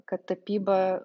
kad tapyba